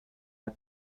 var